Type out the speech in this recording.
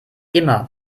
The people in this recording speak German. immer